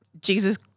Jesus